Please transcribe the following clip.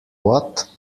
what